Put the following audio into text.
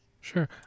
Sure